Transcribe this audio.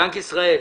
בנק ישראל.